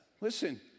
Listen